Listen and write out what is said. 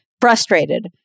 frustrated